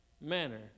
manner